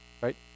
right